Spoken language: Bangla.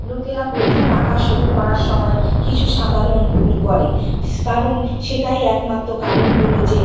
লোকেরা প্রথম আঁকা শুরু করার সময় কিছু সাধারণ ভুল করে কারণ সেটাই একমাত্র কারণ হল যে